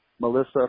Melissa